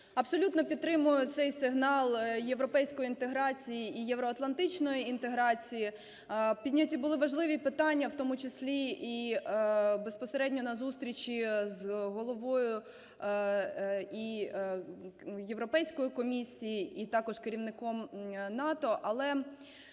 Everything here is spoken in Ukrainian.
Абсолютно підтримую цей сигнал європейської інтеграції і євроатлантичної інтеграції. Підняті були важливі питання, в тому числі і безпосередньо на зустрічі і з головою і Європейської комісії, і також керівником НАТО.